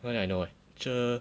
now that I know eh 者